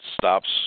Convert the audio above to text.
stops